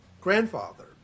grandfather